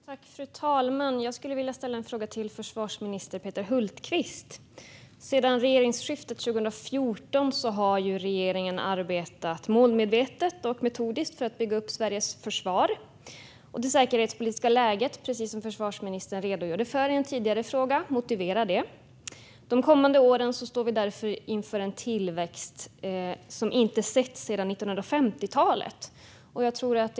Fru talman! Jag skulle vilja ställa en fråga till försvarsminister Peter Hultqvist. Sedan regeringsskiftet 2014 har regeringen arbetat målmedvetet och metodiskt för att bygga upp Sveriges försvar. Det säkerhetspolitiska läget motiverar det, precis som försvarsministern redogjorde för i en tidigare fråga. De kommande åren står vi därför inför en tillväxt som inte setts sedan 1950-talet.